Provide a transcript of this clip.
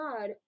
god